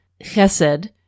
Chesed